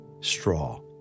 straw